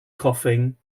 coughing